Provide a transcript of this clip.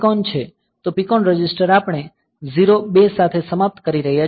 તો PCON register આપણે 02 સાથે સમાપ્ત કરી રહ્યા છીએ